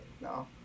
no